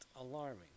alarming